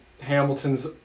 Hamilton's